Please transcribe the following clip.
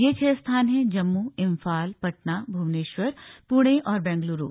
यह छह स्थान हैं जम्मू इम्फाल पटना भुवनेश्वर पुणे और बेंगलुरू